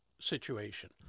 situation